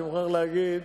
אני מוכרח להגיד,